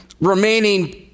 remaining